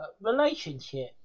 relationship